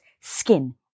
skin